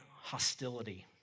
hostility